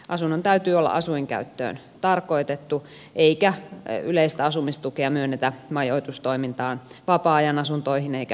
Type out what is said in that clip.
asunnon täytyy olla asuinkäyttöön tarkoitettu eikä yleistä asumistukea myönnetä majoitustoimintaan vapaa ajan asuntoihin eikä hoitosuhteisiin